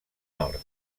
nord